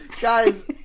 Guys